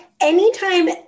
anytime